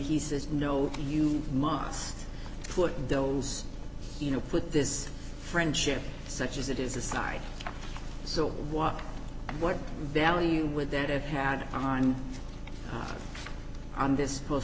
he says no you must put those you know put this friendship such as it is aside so what what value would that have had on on this post